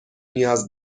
نیاز